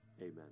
Amen